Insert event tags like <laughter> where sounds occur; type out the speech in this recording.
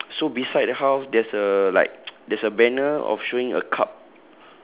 ya so beside the house there's a like <noise> there's a banner of showing a cup